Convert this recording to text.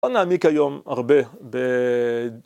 ‫לא נעמיק היום הרבה ב...